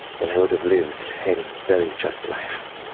then i would have lived a very just life.